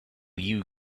you